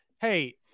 hey